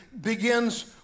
begins